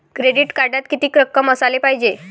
Credit कार्डात कितीक रक्कम असाले पायजे?